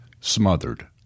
smothered